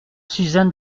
suzanne